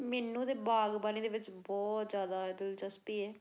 ਮੈਨੂੰ ਤਾਂ ਬਾਗਬਾਨੀ ਦੇ ਵਿੱਚ ਬਹੁਤ ਜ਼ਿਆਦਾ ਦਿਲਚਸਪੀ ਹੈ